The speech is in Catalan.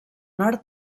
nord